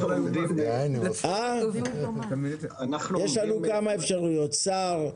יש לנון כמה אפשרויות: שר,